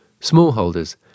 Smallholders